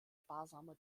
sparsamer